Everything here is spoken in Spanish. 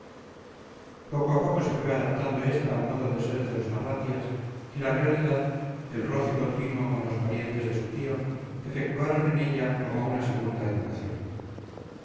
poco a poco se fue adaptando esta al modo de ser de los arratias y la realidad el roce continuo con los parientes de su tío efectuaron en ella como una segunda educación